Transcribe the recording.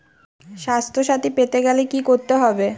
স্বাস্থসাথী পেতে গেলে কি করতে হবে?